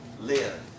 live